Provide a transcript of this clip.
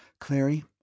Clary